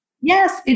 Yes